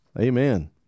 Amen